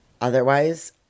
Otherwise